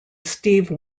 steve